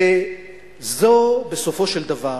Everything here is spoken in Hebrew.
וזאת בסופו של דבר